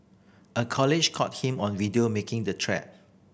a colleague caught him on video making the threat